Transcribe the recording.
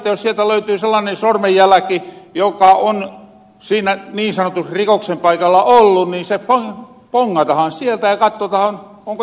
jos sieltä löytyy sellaanen sormenjäläki joka on siinä niin sanotus rikoksenpaikalla ollu niin se pongatahan sieltä ja kattotahan onko johtotoimenpiteitä eteenpäin